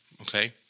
okay